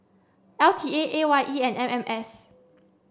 L T A A Y E and M M S